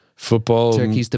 Football